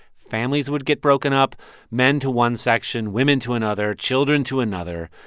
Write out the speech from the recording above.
families would get broken up men to one section, women to another, children to another.